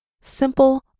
simple